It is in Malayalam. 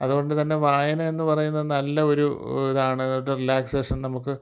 അതുകൊണ്ട് തന്നെ വായന എന്ന് പറയുന്നത് നല്ല ഒരു ഇതാണ് ഒരു റിലാക്സേഷൻ നമുക്ക്